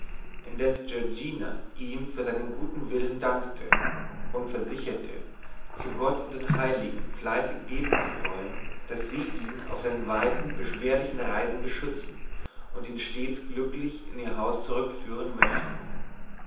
indes giorgina ihm für seinen guten willen dankte und versicherte zu gott und den heiligen fleißig beten zu wollen daß sie ihn auf seinen weiten beschwerlichen reisen beschützen und ihn stets glücklich in ihr haus zurückführen möchten